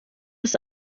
ist